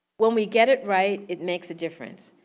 when we get it right, it makes a difference.